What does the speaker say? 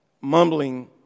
mumbling